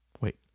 Wait